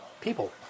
people